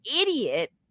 idiot